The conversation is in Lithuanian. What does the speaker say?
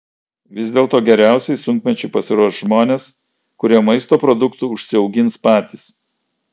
vis dėlto geriausiai sunkmečiui pasiruoš žmonės kurie maisto produktų užsiaugins patys